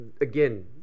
again